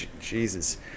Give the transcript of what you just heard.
Jesus